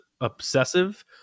obsessive